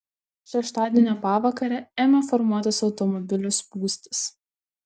šeštadienio pavakarę ėmė formuotis automobilių spūstys